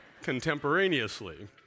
contemporaneously